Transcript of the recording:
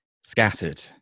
Scattered